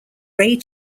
ray